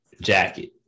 jacket